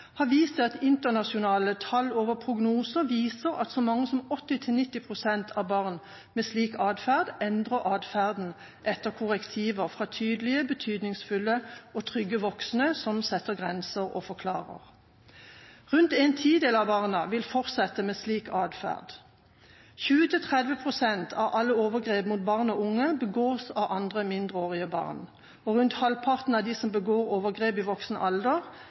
har vist til at internasjonale tall over prognoser viser at så mange som 80–90 pst. av barn med slik atferd endrer atferden etter korrektiver fra tydelige, betydningsfulle og trygge voksne som setter grenser og forklarer. Rundt en tidel av barna vil fortsette med slik atferd. 20–30 pst. av alle overgrep mot barn og unge begås av andre mindreårige barn, og rundt halvparten av dem som begår overgrep i voksen alder,